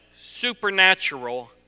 supernatural